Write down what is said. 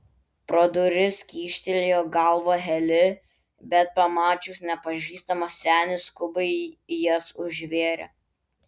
pro duris kyštelėjo galvą heli bet pamačius nepažįstamą senį skubiai jas užvėrė